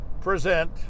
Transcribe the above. present